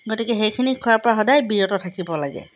গতিকে সেইখিনি খোৱাৰ পৰা সদায় বিৰত থাকিব লাগে